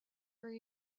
for